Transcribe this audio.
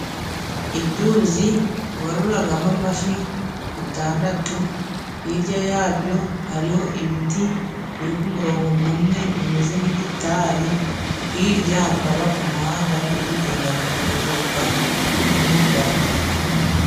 Ibyuzi baroreragamo amafi bitandatu hirya yabyo hariho ibiti biri ku muronko gumwe bimeze nk'igitari hirya hakaba umuhanda guri kugendamo imodoka y'umukara.